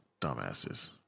Dumbasses